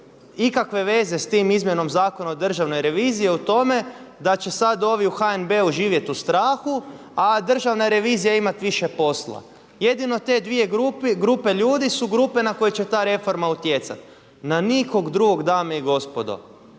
ikakve veze sa tom izmjenom Zakona o državnoj reviziji je u tome da će sad ovi u HNB-u živjet u strahu, a državna revizija imat više posla. Jedino te dvije grupe ljudi su grupe na koje će ta reforma utjecat. Na nikog drugog dame i gospodo.